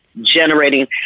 generating